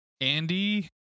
Andy